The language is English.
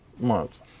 month